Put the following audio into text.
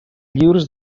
lliures